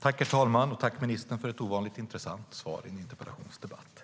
Herr talman! Tack, ministern, för ett ovanligt intressant svar i en interpellationsdebatt!